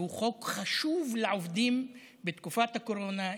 והוא חוק חשוב לעובדים בתקופת הקורונה,